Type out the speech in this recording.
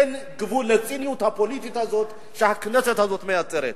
אין גבול לציניות הפוליטית הזאת שהכנסת הזאת מייצרת.